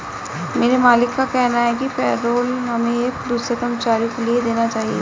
मेरे मालिक का कहना है कि पेरोल हमें एक दूसरे कर्मचारियों के लिए देना चाहिए